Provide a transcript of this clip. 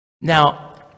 Now